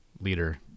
leader